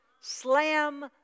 Slam